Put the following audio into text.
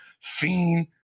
Fiend